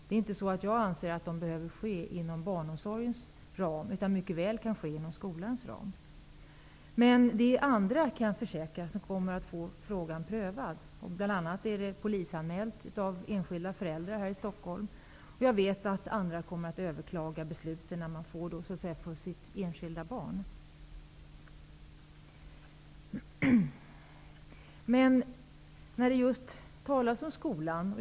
Det är inte så, att jag anser att nämnda verksamhet behöver ske inom barnomsorgens ram. Den kan mycket väl ske inom skolans ram. Andra, det kan jag försäkra, kommer att få frågan prövad. Bl.a. har enskilda föräldrar här i Stockholm gjort polisanmälan. Jag vet också att andra kommer att överklaga beslutet enskilt för sitt barn. Det talas här om skolan.